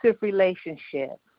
relationship